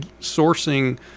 sourcing